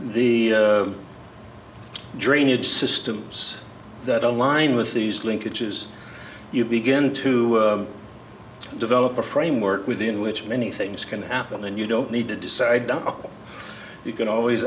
linkages drainage systems that align with these linkages you begin to develop a framework within which many things can happen and you don't need to decide you can always